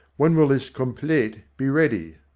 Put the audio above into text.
when will this complete be ready?